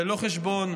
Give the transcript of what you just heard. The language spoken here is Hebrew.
ללא חשבון,